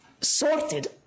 sorted